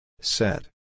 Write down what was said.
Set